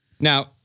Now